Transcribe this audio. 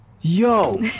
Yo